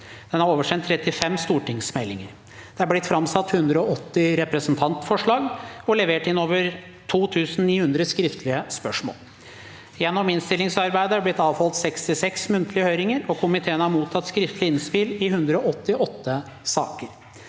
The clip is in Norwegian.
Den har oversendt 35 stortingsmeldinger. Det er blitt framsatt 180 representantforslag og levert inn over 2 900 skriftlige spørsmål. Gjennom innstillingsarbeidet er det blitt avholdt 66 muntlige høringer, og komiteene har mottatt skriftlige innspill i 188 saker.